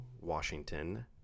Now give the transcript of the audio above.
Washington